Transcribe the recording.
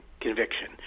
conviction